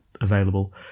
available